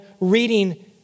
reading